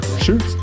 Shoot